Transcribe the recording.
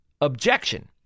objection